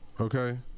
okay